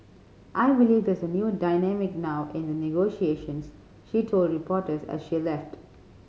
I believe there's a new dynamic now in the negotiations she told reporters as she left